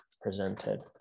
presented